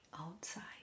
outside